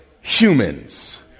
humans